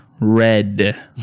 red